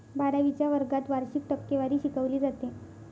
बारावीच्या वर्गात वार्षिक टक्केवारी शिकवली जाते